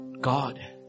God